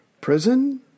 prison